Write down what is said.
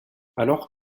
alors